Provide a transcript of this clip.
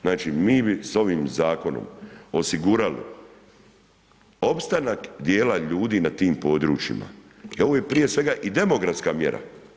Znači mi bi sa ovim zakonom osigurali opstanak djela ljudi na tim područjima jer ovo je prije svega i demografska mjera.